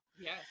Yes